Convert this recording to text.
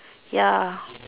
ya